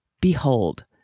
Behold